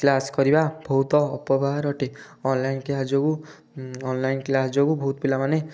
class କରିବା ବହୁତ ଅପବ୍ୟବହାର ଅଟେ ଅନଲାଇନ୍ କ୍ଲାସ୍ ଯୋଗୁ ଅନଲାଇନ୍ କ୍ଲାସ୍ ଯୋଗୁ ବହୁତ ପିଲାମାନେ